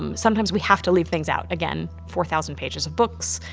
um sometimes we have to leave things out, again four thousand pages of books,